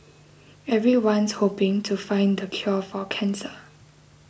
everyone's hoping to find the cure for cancer